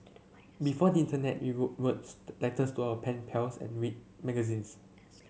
before internet we wrote words letters to our pen pals and read magazines